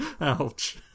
Ouch